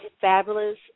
fabulous